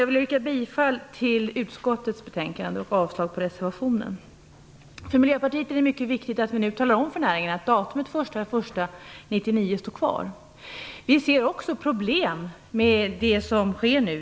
Jag vill yrka bifall till hemställan i utskottets betänkande och avslag på reservationen. För Miljöpartiet är det mycket viktigt att vi nu talar om för näringen att datumet, den 1 januari 1999, står kvar. Vi ser också problem med det som sker nu.